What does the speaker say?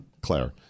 Claire